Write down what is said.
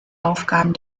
aufgaben